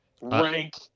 rank